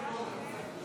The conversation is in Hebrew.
אין